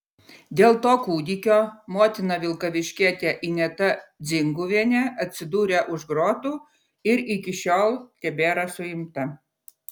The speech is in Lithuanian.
dėl to kūdikio motina vilkaviškietė ineta dzinguvienė atsidūrė už grotų ir iki šiol tebėra suimta